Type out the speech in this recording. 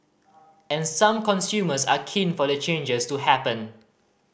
in some consumers are keen for the changes to happen